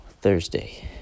Thursday